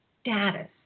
status